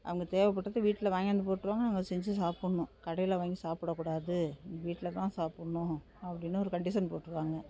அவங்க தேவைப்பட்டத வீட்டில் வாங்கியாந்து போட்டுருவாங்க நாங்கள் செஞ்சு சாப்பிட்ணும் கடையில் வாங்கி சாப்பிடக் கூடாது வீட்டில் தான் சாப்பிட்ணும் அப்படினு ஒரு கண்டிஷன் போட்ருவாங்க